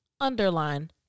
underline